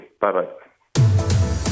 Bye-bye